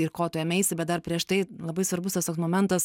ir ko tu ėmeisi bet dar prieš tai labai svarbus tas toks momentas